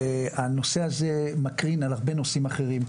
והנושא הזה מקרין על הרבה נושאים אחרים.